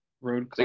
road